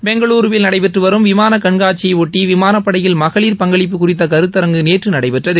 பெங்களுருவில் நடைபெற்று வரும் விமானக் கண்காட்சியையொட்டி விமான படையில் மகளிர் பங்களிப்பு குறித்த கருத்தரங்கு நேற்று நடைபெற்றது